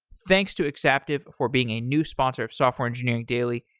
thanks to exaptive for being a new sponsor of software engineering daily.